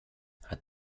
hat